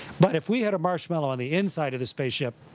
but if we had a marshmallow on the inside of the spaceship,